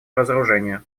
разоружению